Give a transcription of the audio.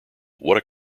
what